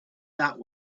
that